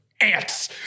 ants